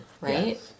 right